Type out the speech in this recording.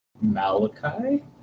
Malachi